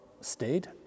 stayed